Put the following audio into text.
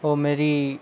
और मेरी